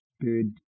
bird